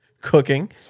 cooking